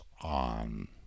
on